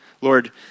Lord